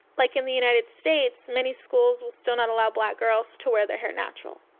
like, in the united states, many schools will still not allow black girls to wear their hair natural.